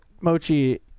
Mochi